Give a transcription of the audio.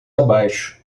abaixo